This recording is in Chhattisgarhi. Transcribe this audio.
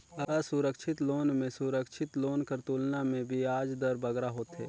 असुरक्छित लोन में सुरक्छित लोन कर तुलना में बियाज दर बगरा होथे